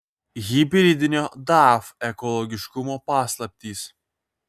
hibridinio daf ekologiškumo paslaptys